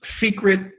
secret